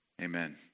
Amen